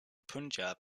punjab